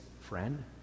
friend